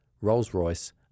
Rolls-Royce